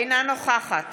אינה נוכחת